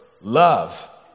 love